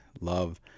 love